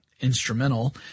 instrumental